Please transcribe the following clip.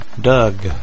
Doug